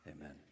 amen